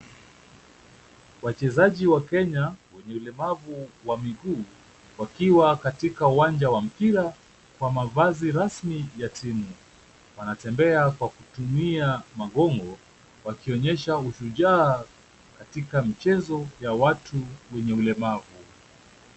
Wachezaji wa kenya wenye ulemavu wa miguu, wakiwa katika uwanja wa mpira kwa mavazi rasmi ya timu. Wanatembea kwa kutumia magongo wakionyesha ushujaa katika mchezo ya watu wenye walemavu.